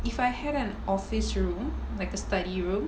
if I had an office room like a study room